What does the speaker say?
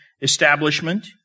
establishment